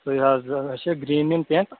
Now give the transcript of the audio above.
سُے حظ اَسہِ چھِ گریٖن یِم پینٛٹ